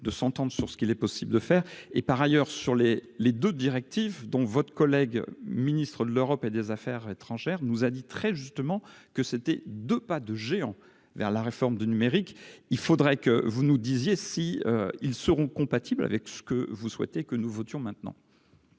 de s'entendre sur ce qu'il est possible de faire et par ailleurs sur les les 2 directives dont votre collègue Ministre de l'Europe et des Affaires étrangères nous a dit très justement que c'était de pas de géant vers la réforme du numérique, il faudrait que vous nous disiez si ils seront compatibles avec ce que vous souhaitez que nous votions maintenant.